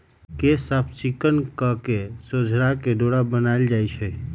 केश साफ़ चिक्कन कके सोझरा के डोरा बनाएल जाइ छइ